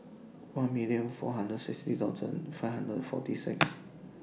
one million four hundred sixty thousand five hundred forty six